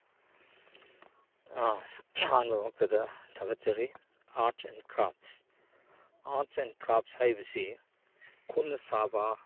ꯑꯍꯥꯟꯕ ꯃꯛꯇꯗ ꯊꯥꯒꯠꯆꯔꯤ arts and craft arts and craft ꯍꯥꯏꯕꯁꯤ ꯈꯨꯠꯅ ꯁꯥꯕ